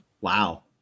wow